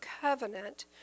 covenant